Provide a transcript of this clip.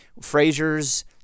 Frasers